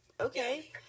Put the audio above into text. okay